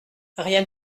rien